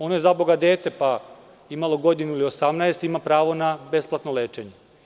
Ono je dete, pa imalo godinu ili 18, ima pravo na besplatno lečenje.